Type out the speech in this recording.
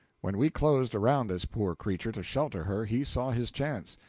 when we closed around this poor creature to shelter her, he saw his chance.